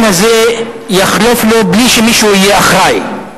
הזה יחלוף לו בלי שמישהו יהיה אחראי.